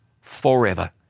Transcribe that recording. forever